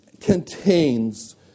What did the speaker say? contains